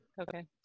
Okay